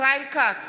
ישראל כץ,